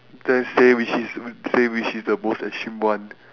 you can say which is w~ say which is the most extreme one